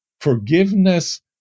Forgiveness